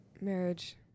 marriage